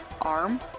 arm